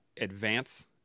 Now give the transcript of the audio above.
advance